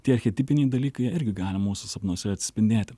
tie archetipiniai dalykai jie irgi gali mūsų sapnuose atsispindėti